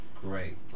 Great